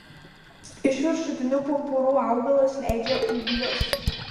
iš viršutinių pumpurų augalas leidžia ūglius